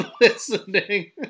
listening